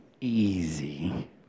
easy